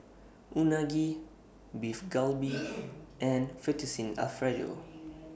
Unagi Beef Galbi and Fettuccine Alfredo